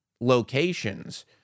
locations